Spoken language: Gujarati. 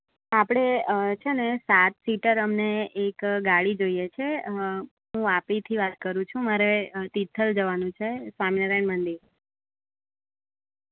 હા આપણે છે ને સાત સીટર અમને એક ગાડી જોઈએ છે હું વાપીથી વાત કરું છું મારે તીથલ જવાનું છે સ્વામિનારાયણ મંદિર